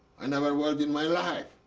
i never weld in my life.